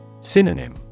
Synonym